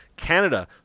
Canada